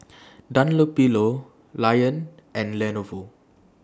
Dunlopillo Lion and Lenovo